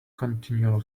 continual